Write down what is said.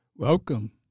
Welcome